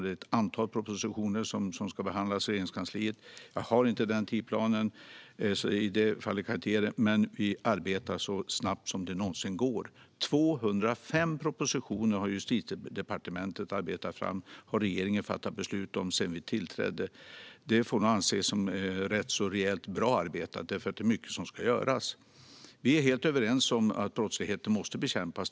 Det är ett antal propositioner som ska behandlas i Regeringskansliet, och jag har inte den tidsplanen. Men vi arbetar så snabbt som det någonsin går. 205 propositioner har Justitiedepartementet arbetat fram och regeringen sedan fattat beslut om sedan vi tillträdde. Det får nog anses vara rejält bra arbetat eftersom det är mycket som ska göras. Vi är helt överens om att brottsligheten måste bekämpas.